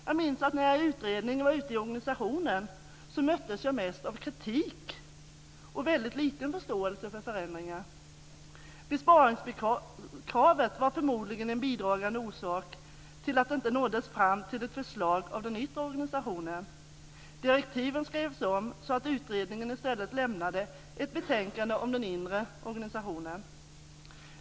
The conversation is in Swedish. Jag minns att när jag i utredningen var ute i organisationen så möttes jag mest av kritik och av en väldigt liten förståelse för förändringar. Besparingskravet var förmodligen en bidragande orsak till att vi inte nådde fram till ett förslag om den yttre organisationen. Direktiven skrevs om så att utredningen i stället lämnade ett betänkande om den inre organisationen.